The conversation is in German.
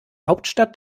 hauptstadt